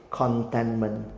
contentment